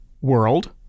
world